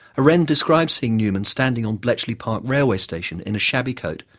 a wren describes seeing newman standing on bletchley park railway station in a shabby coat,